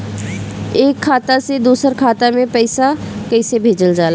एक खाता से दूसर खाता मे पैसा कईसे जाला?